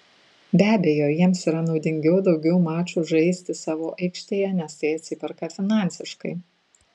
be abejo jiems yra naudingiau daugiau mačų žaisti savo aikštėje nes tai atsiperka finansiškai